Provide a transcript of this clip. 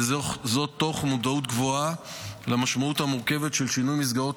וזאת מתוך מודעות גבוהה למשמעות המורכבת של שינוי מסגרות